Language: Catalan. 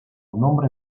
nombre